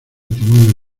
timón